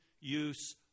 use